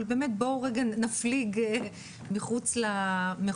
אבל באמת בואו רגע נפליג מחוץ למחוזות